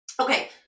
okay